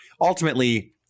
ultimately